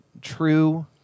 true